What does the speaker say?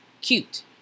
Cute